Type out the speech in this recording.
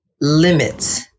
limits